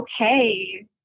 okay